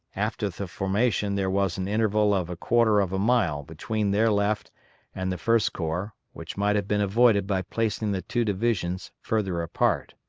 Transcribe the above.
after the formation there was an interval of a quarter of a mile between their left and the first corps, which might have been avoided by placing the two divisions further apart.